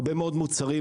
הרבה מאוד מוצרים,